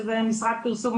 שזה משרד פרסום,